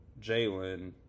jalen